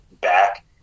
back